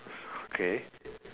okay